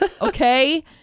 Okay